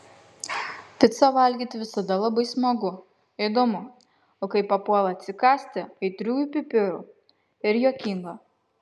picą valgyti visada labai smagu įdomu o kai papuola atsikąsti aitriųjų pipirų ir juokinga